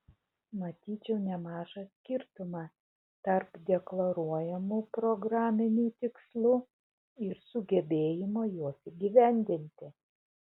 matyčiau nemažą skirtumą tarp deklaruojamų programinių tikslų ir sugebėjimo juos įgyvendinti